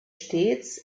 stets